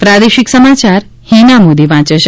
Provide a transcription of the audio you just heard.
પ્રાદેશિક સમાચાર હિના મોદી વાંચે છે